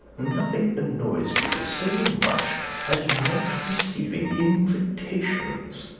nothing annoys people so much as not receiving invitations.